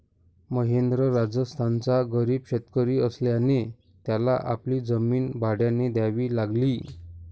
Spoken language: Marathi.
महेंद्र राजस्थानचा गरीब शेतकरी असल्याने त्याला आपली जमीन भाड्याने द्यावी लागली